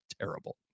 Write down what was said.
terrible